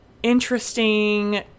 Interesting